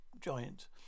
giant